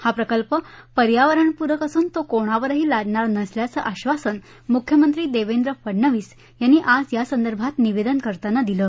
हा प्रकल्प पर्यावरणपूरक असून तो कुणावरही लादणार नसल्याचं आधासन मुख्यमंत्री देवेंद्र फडनवीस यांनी आज यासंदर्भात निवेदन करताना दिलं